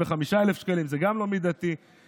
אני אומר לך שאם לא הייתי מגיע לדיון הזה,